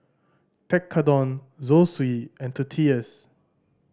Tekkadon Zosui and Tortillas